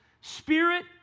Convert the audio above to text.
spirit